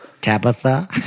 Tabitha